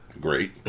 great